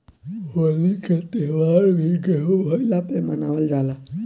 होली के त्यौहार भी गेंहू भईला पे मनावल जाला